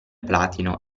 platino